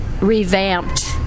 revamped